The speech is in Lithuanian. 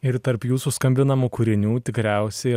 ir tarp jūsų skambinamų kūrinių tikriausiai